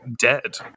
dead